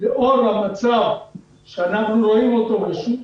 לאור המצב שאנחנו רואים אותו בשוק,